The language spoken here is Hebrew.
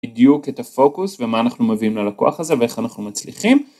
בדיוק את הפוקוס ומה אנחנו מביאים ללקוח הזה ואיך אנחנו מצליחים.